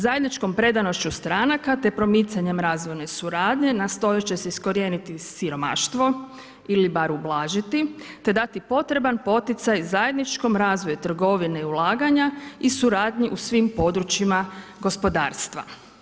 Zajedničkom predanošću stranaka te promicanjem razvojne suradnje nastojat će se iskorijeniti siromaštvo ili bar ublažiti te dati potreban poticaj zajedničkom razvoju trgovine i ulaganja i suradnji u svim područjima gospodarstva.